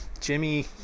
Jimmy